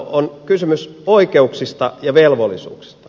on kysymys oikeuksista ja velvollisuuksista